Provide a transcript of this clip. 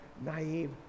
naive